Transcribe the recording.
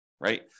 right